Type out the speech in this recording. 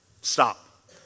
Stop